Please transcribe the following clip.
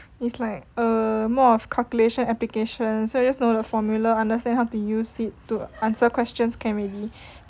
is like err more of calculation application so you just know the formula understand how to use it to answer questions can already